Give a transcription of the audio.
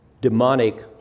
demonic